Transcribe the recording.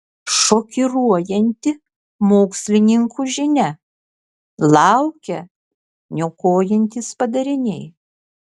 šokiruojanti mokslininkų žinia laukia niokojantys padariniai